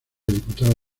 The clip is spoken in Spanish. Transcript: diputado